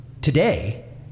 Today